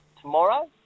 tomorrow